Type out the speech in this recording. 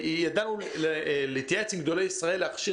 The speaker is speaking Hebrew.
נשמע